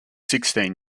sixteen